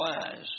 wise